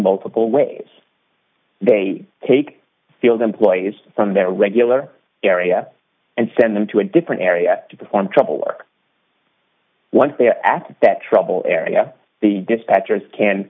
multiple ways they take the old employees from their regular area and send them to a different area to perform trouble work once they asked that trouble area the dispatchers can